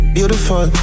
Beautiful